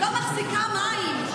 לא מחזיקה מים.